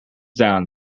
down